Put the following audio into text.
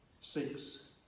Six